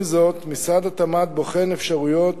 עם זאת, משרד התמ"ת בוחן אפשרויות